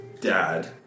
dad